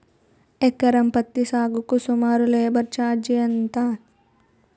ఎకరం పత్తి సాగుకు సుమారు లేబర్ ఛార్జ్ ఎంత?